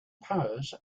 powers